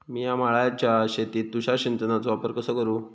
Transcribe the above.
मिया माळ्याच्या शेतीत तुषार सिंचनचो वापर कसो करू?